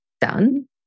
done